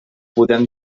podem